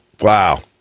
Wow